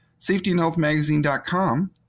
safetyandhealthmagazine.com